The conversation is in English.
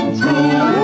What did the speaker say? true